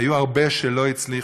היו הרבה שלא הצליחו.